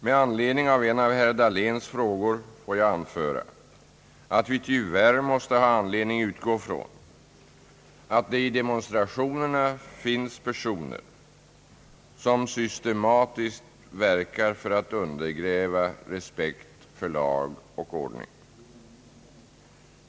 Med anledning av en av herr Dahléns frågor får jag anföra att vi tyvärr måste ha anledning utgå från att det i demonstrationerna finns personer, som systematiskt verkar för att undergräva respekt för lag och ordning.